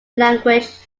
language